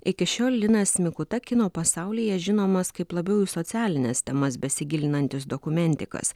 iki šiol linas mikuta kino pasaulyje žinomas kaip labiau į socialines temas besigilinantis dokumentikas